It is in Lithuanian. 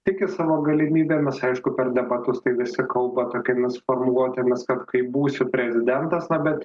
tiki savo galimybėmis aišku per debatus tai visi kalba tokiomis formuluotėmis kad kai būsiu prezidentas na bet